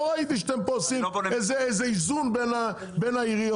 לא ראיתי שאתם עושים איזה איזון בין העיריות.